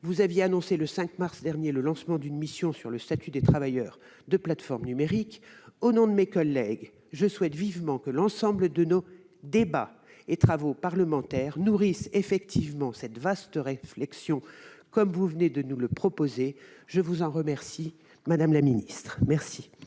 vous avez annoncé, le 5 mars dernier, le lancement d'une mission sur le statut des travailleurs de plateformes numériques. Au nom de mes collègues, je souhaite vivement que l'ensemble des débats et travaux parlementaires nourrissent cette vaste réflexion, comme vous venez de nous le proposer. La parole est à M. Michel Forissier.